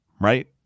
right